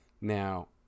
now